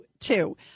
Two